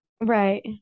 Right